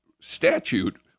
statute